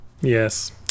Yes